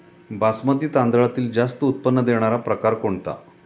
बासमती तांदळातील जास्त उत्पन्न देणारा प्रकार कोणता?